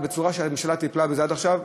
ובצורה שהממשלה טיפלה בזה עד עכשיו,